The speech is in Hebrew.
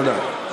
תודה.